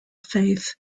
faith